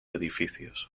edificios